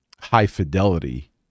high-fidelity